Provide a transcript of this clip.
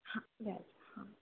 हां व्याज हां